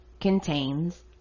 contains